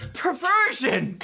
perversion